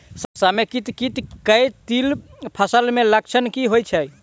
समेकित कीट केँ तिल फसल मे लक्षण की होइ छै?